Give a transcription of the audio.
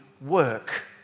work